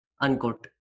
Unquote